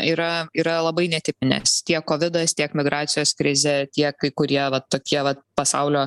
yra yra labai netipinės tiek kovidas tiek gracijos krizė tiek kai kurie va tokie vat pasaulio